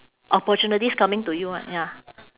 opportunities coming to you right ya